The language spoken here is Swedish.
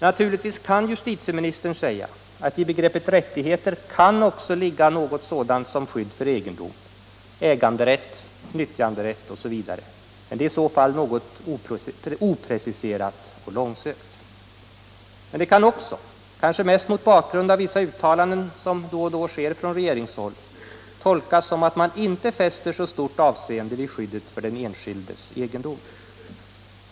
Naturligtvis Aan justitieministern säga att i begreppet rättigheter kan också ligga sådant som skydd för egendom: äganderätt, nyttjanderätt osv., men det är i så fall opreciserat och långsökt. Det kan också, kanske mest mot bakgrund av vissa uttalanden som ibland har skett ifrån regeringshåll, tolkas som att man inte fäster så stort avseende vid skyddet för den enskildes egendom.